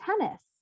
tennis